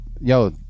yo